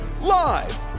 live